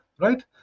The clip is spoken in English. Right